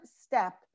step